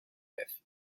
vez